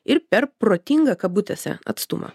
ir per protingą kabutėse atstumą